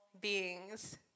beings